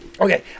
Okay